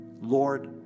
Lord